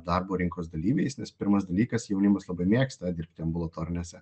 darbo rinkos dalyviais nes pirmas dalykas jaunimas labai mėgsta dirbti ambulatorinėse